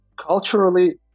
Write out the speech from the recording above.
Culturally